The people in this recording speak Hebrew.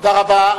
תודה רבה.